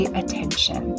attention